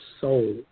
soul